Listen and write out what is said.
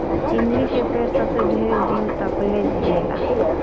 इमली के पेड़ सबसे ढेर दिन तकले जिएला